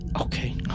Okay